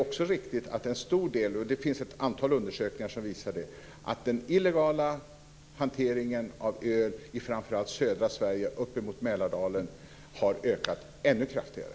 Men det finns ett antal undersökningar som visar att den illegala hanteringen av öl i framför allt södra Sverige och uppemot Mälardalen har ökat ännu kraftigare.